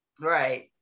Right